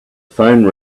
phone